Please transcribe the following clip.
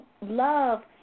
love